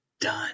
done